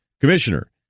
Commissioner